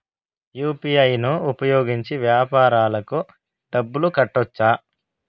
UPI ను ఉపయోగించి వ్యాపారాలకు డబ్బులు కట్టొచ్చా?